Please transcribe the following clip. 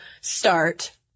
start